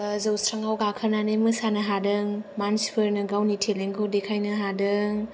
जौस्राङाव गाखोनानै मोसानो हादों मानसिफोरनो गावनि टेलेन्टखौ देखायनो हादों